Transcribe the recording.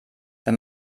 wenn